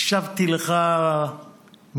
הקשבתי לך מילה-מילה,